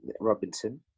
Robinson